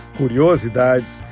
curiosidades